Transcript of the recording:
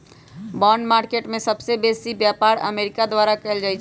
bond market में सबसे बेसी व्यापार अमेरिका द्वारा कएल जाइ छइ